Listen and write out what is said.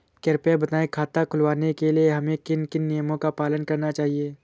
कृपया बताएँ खाता खुलवाने के लिए हमें किन किन नियमों का पालन करना चाहिए?